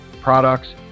products